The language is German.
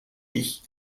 ich